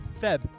Feb